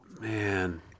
man